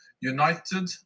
united